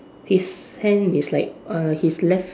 his hand is like uh his left